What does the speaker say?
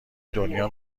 دنیا